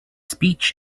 speech